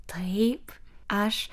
taip aš